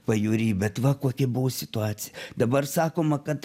pajūry bet va kokia buvo situacija dabar sakoma kad